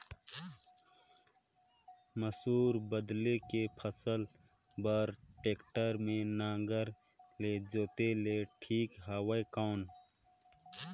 मसूर बदले के फसल बार टेक्टर के नागर ले जोते ले ठीक हवय कौन?